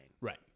Right